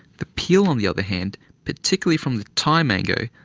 the peel, on the other hand, particularly from the thai mango,